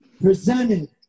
presented